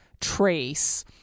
trace